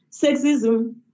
sexism